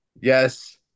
Yes